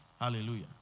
Hallelujah